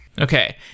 Okay